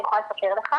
אני יכולה לספר לך,